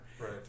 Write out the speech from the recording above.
Right